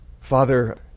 Father